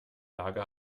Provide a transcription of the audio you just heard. lager